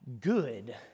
Good